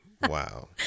wow